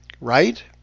Right